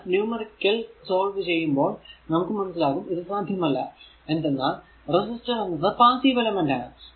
എന്നാൽ numerical solve ചെയ്യുമ്പോൾ നമുക്ക് മനസ്സിലാകും ഇത് സാധ്യമല്ല എന്തെന്നാൽ റെസിസ്റ്റർ എന്നത് പാസ്സീവ് എലമെന്റ് ആണ്